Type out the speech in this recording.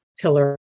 pillar